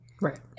Right